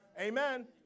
Amen